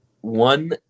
one-